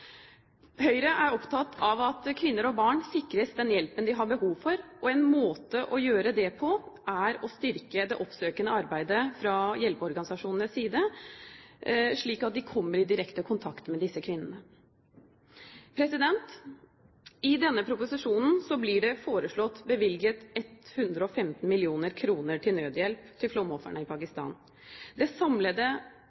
Høyre er opptatt av at kvinner og barn sikres den hjelpen de har behov for. En måte å gjøre det på er å styrke det oppsøkende arbeidet fra hjelpeorganisasjonenes side, slik at de kommer i direkte kontakt med disse kvinnene. I denne proposisjonen blir det foreslått bevilget 115 mill. kr til nødhjelp til flomofrene i